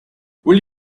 will